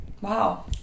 Wow